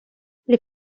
les